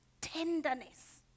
tenderness